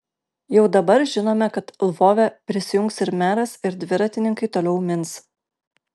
jau dabar žinome kad lvove prisijungs ir meras ir dviratininkai toliau mins